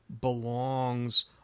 belongs